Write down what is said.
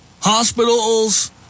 Hospitals